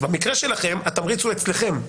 אז במקרה שלכם התמריץ הוא אצלכם,